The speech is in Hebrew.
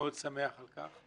שמח על כך.